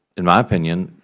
in my opinion,